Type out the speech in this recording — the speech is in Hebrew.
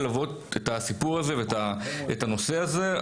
ללוות את הסיפור הזה ואת הנושא הזה,